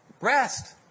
rest